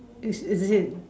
is is it